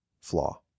flaw